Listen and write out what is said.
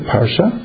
Parsha